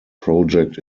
project